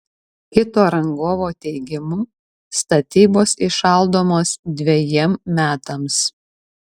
kito rangovo teigimu statybos įšaldomos dvejiem metams